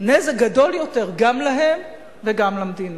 נזק גדול יותר גם להם וגם למדינה,